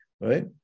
right